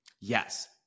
Yes